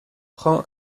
prend